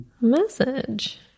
message